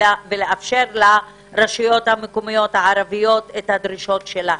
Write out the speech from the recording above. ולאפשר לרשויות המקומיות הערבית את הדרישות שלהן,